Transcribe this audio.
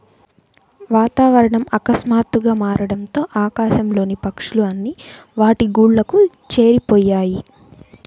వాతావరణం ఆకస్మాతుగ్గా మారడంతో ఆకాశం లోని పక్షులు అన్ని వాటి గూళ్లకు చేరిపొయ్యాయి